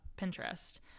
Pinterest